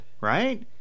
right